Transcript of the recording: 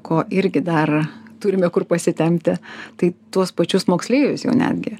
ko irgi dar turime kur pasitempti tai tuos pačius moksleivius jau netgi